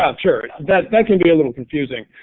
um sure. that that can be a little confusing.